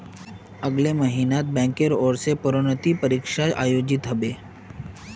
अगले महिनात बैंकेर ओर स प्रोन्नति परीक्षा आयोजित ह बे